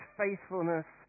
faithfulness